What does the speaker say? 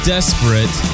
Desperate